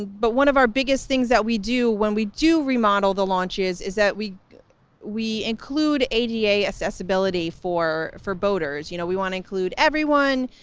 but one of our biggest things that we do when we do remodel the launches is that we we include ada accessibility for for boaters. you know, we want to include everyone,